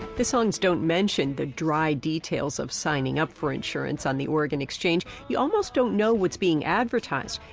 the songs don't mention the dry details of signing up for insurance on the oregon exchange. you almost don't know what's being advertised,